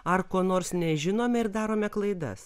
ar ko nors nežinome ir darome klaidas